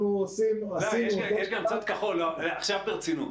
עכשיו ברצינות.